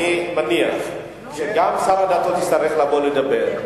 אני מניח שגם שר הדתות יצטרך לבוא לדבר,